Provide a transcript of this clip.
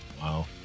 Wow